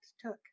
took